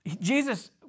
Jesus